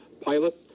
pilot